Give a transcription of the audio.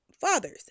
fathers